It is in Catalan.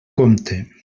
compte